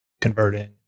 converting